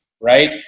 right